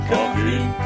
Coffee